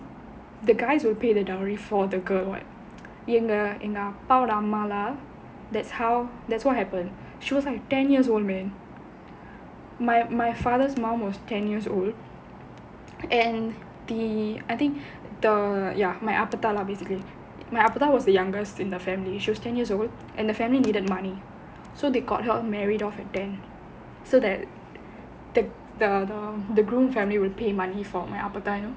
the guys will pay the dowry for the girl [what] எங்க அப்பாவோட அம்மாலாம்:enga appavoda ammalaam that's how that's what happened she was like ten years old man my my father mum was ten years old and the I think the ya my அப்பத்தா:appathaa lah basically my அப்பத்தா:appathaa was the youngest in the family she was ten years old and the family needed money so they got her married off at ten so that the the the the groom family would pay money for my அப்பத்தா:appathaa you know